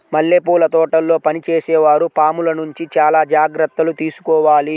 మల్లెపూల తోటల్లో పనిచేసే వారు పాముల నుంచి చాలా జాగ్రత్తలు తీసుకోవాలి